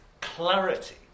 clarity